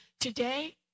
Today